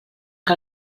que